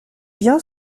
bien